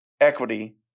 equity